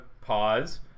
Pause